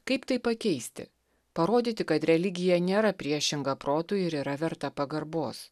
kaip tai pakeisti parodyti kad religija nėra priešinga protui ir yra verta pagarbos